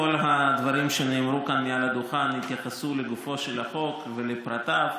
כל הדברים שנאמרו כאן מעל לדוכן התייחסו לגופו של החוק ולפרטיו,